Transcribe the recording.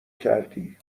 کردی